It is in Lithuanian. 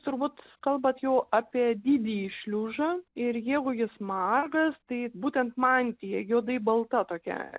turbūt kalbat jau apie didįjį šliužą ir jeigu jis magas tai būtent mantija juodai balta tokia